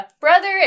brother